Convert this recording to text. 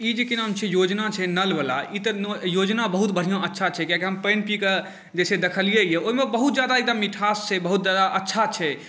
ई जे की नाम छियै योजना छै नल वाला ई तऽ योजना बहुत बढ़िऑं अच्छा छै किएकि हम पानि पी कऽ जे छै देखलियैया ओहि मे बहुत जादा एगदम मिठास छै बहुत जादा अच्छा छै